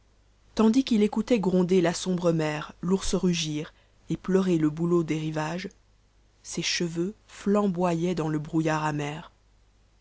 tandis qu'il écouta t gronder la sombre mer l'ours rugir et pleurer le bouleau des rivages ses cheveux flamboyaient dans îc brouillard amer